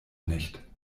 nicht